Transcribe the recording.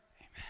Amen